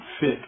fit